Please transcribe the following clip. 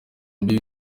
mbi